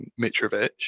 Mitrovic